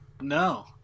No